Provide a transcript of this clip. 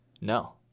No